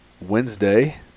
Wednesday